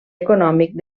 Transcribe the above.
econòmic